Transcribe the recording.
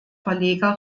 verleger